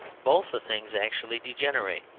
both the things actually degenerate.